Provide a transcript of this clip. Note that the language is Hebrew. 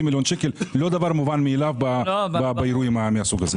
מיליון שקל לא דבר מובן מאליו באירועים מהסוג הזה.